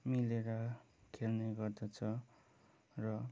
मिलेर खेल्ने गर्दछ र